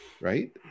right